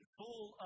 full